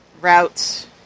routes